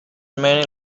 many